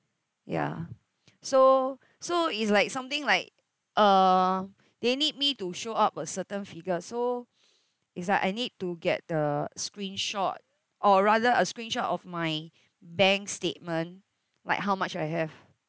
ya so so it's like something like uh they need me to show up a certain figures so it's like I need to get the screenshot or rather a screenshot of my bank statement like how much I have